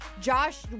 Josh